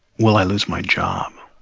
will i lose my job?